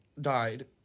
died